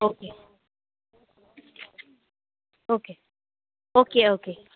okay okay okay okay